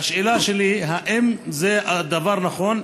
ברצוני לשאול: 1. האם הדבר נכון?